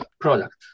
product